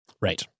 Right